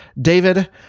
David